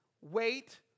wait